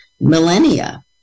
millennia